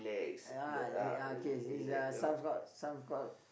ya uh K is uh some called some called